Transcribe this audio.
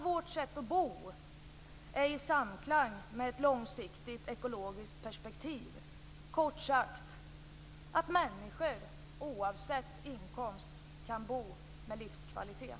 Vårt sätt att bo skall vara i samklang med ett långsiktigt ekologiskt perspektiv. Kort sagt: Människor skall oavsett inkomst kunna bo med livskvalitet.